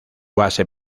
base